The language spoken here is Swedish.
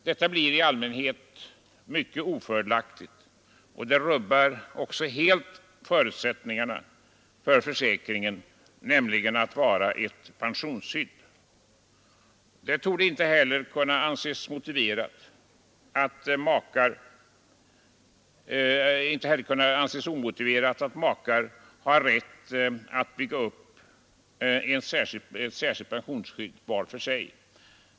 Detta blir i allmänhet mycket ofördelaktigt, och det rubbar också helt förutsättningarna för försäkringen, nämligen att den skall vara ett pensionsskydd. Det torde icke heller vara omotiverat att makar har rätt att bygga upp ett pensionsskydd var för sig.